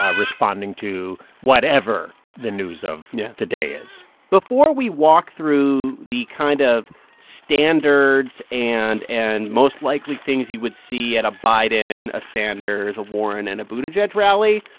responding to whatever the news of yeah the day is before we walk through the kind of standards and and most likely things you would see at a biden, a sanders, a warren and a buttigieg rally,